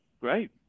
great